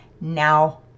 now